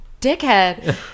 dickhead